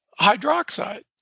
hydroxide